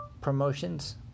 promotions